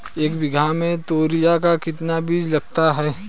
एक बीघा में तोरियां का कितना बीज लगता है?